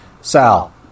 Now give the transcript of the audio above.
Sal